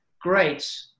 great